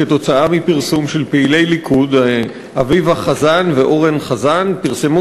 כתוצאה מפרסום של פעילי ליכוד: אביבה חזן ואורן חזן פרסמו